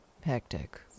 hectic